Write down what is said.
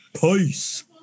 Peace